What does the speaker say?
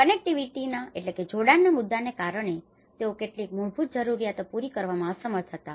કનેક્ટિવિટીના connectivity જોડાણ મુદ્દાઓને કારણે તેઓ કેટલીક મૂળભૂત જરૂરિયાતો પૂરી કરવામાં અસમર્થ હતા